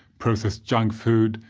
processed junk food,